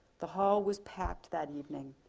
the hall was packed that evening,